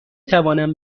توانم